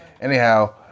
Anyhow